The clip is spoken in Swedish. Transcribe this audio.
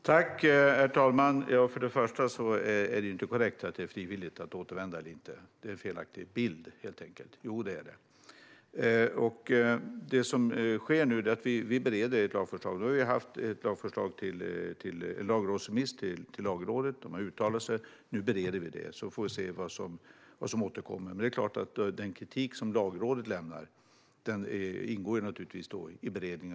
Herr talman! Först och främst är det inte korrekt att det skulle vara frivilligt att återvända. Det är helt enkelt en felaktig bild. Jag ser att ledamoten skakar på huvudet, men så är det. Det som nu sker är att vi bereder detta lagförslag. Vi har haft en lagrådsremiss hos Lagrådet, som nu har uttalat sig. Vi bereder nu detta, och sedan får vi se vad det hela blir. Men det är klart att den kritik som Lagrådet har lämnat naturligtvis ingår i beredningen.